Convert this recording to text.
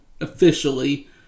officially